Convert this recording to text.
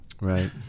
right